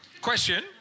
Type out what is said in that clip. Question